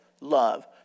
love